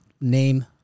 name